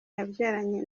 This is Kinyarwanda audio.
yabyaranye